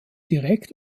direkt